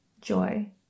joy